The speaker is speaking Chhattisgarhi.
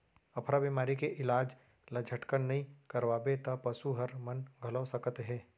अफरा बेमारी के इलाज ल झटकन नइ करवाबे त पसू हर मन घलौ सकत हे